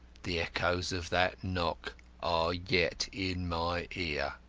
the echoes of that knock are yet in my ear.